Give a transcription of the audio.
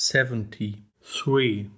Seventy-three